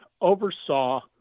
oversaw